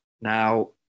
Now